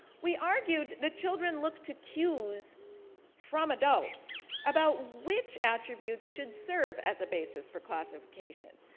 we argued that children look to cues from adults about which attributes should serve as a basis for classification.